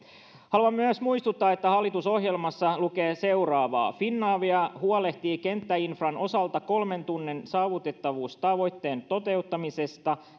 haluan myös muistuttaa että hallitusohjelmassa lukee seuraavaa finavia huolehtii kenttäinfran osalta kolmen tunnin saavutettavuustavoitteen toteutumisesta